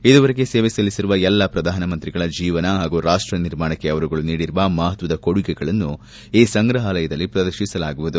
ಇದುವರೆಗೆ ಸೇವೆ ಸಲ್ಲಿಸಿರುವ ಎಲ್ಲಾ ಪ್ರಧಾನಮಂತ್ರಿಗಳ ಜೀವನ ಹಾಗೂ ರಾಪ್ಟ ನಿರ್ಮಾಣಕ್ಕೆ ಅವರುಗಳು ನೀಡಿರುವ ಮಹತ್ವದ ಕೊಡುಗೆಗಳನ್ನು ಈ ಸಂಗ್ರಹಾಲಯದಲ್ಲಿ ಪ್ರದರ್ಶಿಸಲಾಗುವುದು